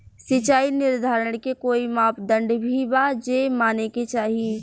सिचाई निर्धारण के कोई मापदंड भी बा जे माने के चाही?